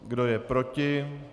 Kdo je proti?